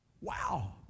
Wow